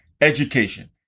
education